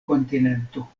kontinento